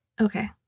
Okay